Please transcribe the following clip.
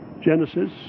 Genesis